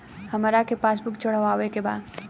हमरा के पास बुक चढ़ावे के बा?